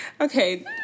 Okay